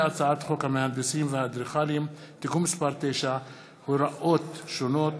הצעת חוק המהנדסים והאדריכלים (תיקון מס' 9) (הוראות שונות),